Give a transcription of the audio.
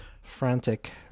frantic